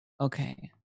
Okay